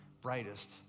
brightest